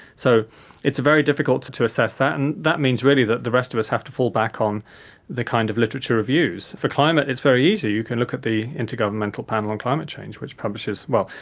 so it's very difficult to to assess that, and that means really that the rest of us have to fall back on the kind of literature reviews. for climate it's very easy, you can look at the intergovernmental panel on climate change, which publishes, well,